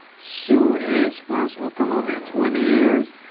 soon as possible. come on, man! twenty years.